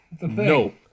No